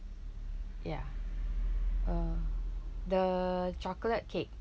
ya uh the chocolate cake